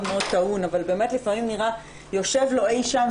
מאוד טעון אבל לפעמים באמת נראה יושב לו אי-שם,